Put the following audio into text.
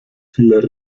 viel